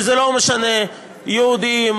וזה לא משנה יהודים,